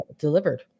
delivered